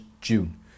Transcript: June